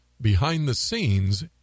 behind-the-scenes